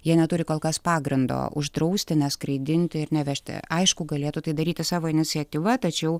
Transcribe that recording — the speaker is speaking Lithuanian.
jie neturi kol kas pagrindo uždrausti neskraidinti ir nevežti aišku galėtų tai daryti savo iniciatyva tačiau